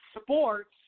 sports